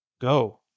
Go